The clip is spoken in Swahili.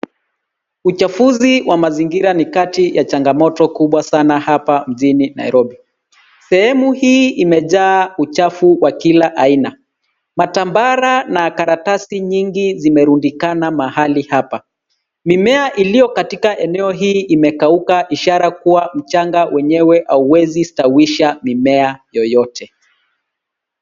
Uchafuzi wa mazingira ni kati ya changamoto kubwa sana hapa mjini Nairobi. Sehemu hii imejaa uchafu wa kila aina. Matambara na karatasi nyingi zimerundikana mahali hapa. Mimea iliyo katika eneo hii imekauka ishara kuwa mchanga wenyewe hauwezi stawisha mimea yoyote.